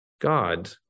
God